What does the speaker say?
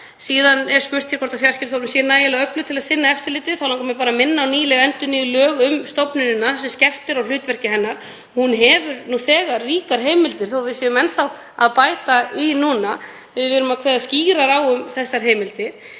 Síðan er spurt hvort Fjarskiptastofnun sé nægilega öflug til að sinna eftirliti. Þá langar mig bara að minna á nýleg endurnýjuð lög um stofnunina þar sem skerpt er á hlutverki hennar. Hún hefur nú þegar ríkar heimildir þó að við séum enn að bæta í núna. Við kveðum skýrar á um þessar heimildir.